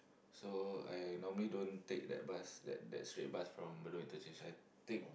so I normally don't take that bus that that straight bus from Bedok interchange I take